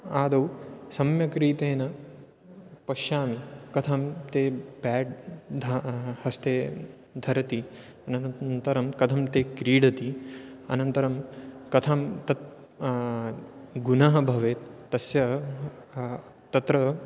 आदौ सम्यक् रीतेन पश्यामि कथं ते ब्याड् धा ह हस्ते धरति अनन्तरं कथं ते क्रीडन्ति अनन्तरं कथं तत् गुणः भवेत् तस्य तत्र